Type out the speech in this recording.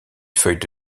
feuilles